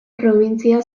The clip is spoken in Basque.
probintzia